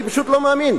אני פשוט לא מאמין.